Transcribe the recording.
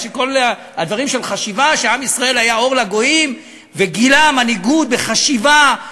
כל הדברים של חשיבה שעם ישראל היה אור לגויים וגילה מנהיגות בחשיבה,